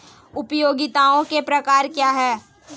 उपयोगिताओं के प्रकार क्या हैं?